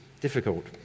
difficult